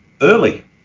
early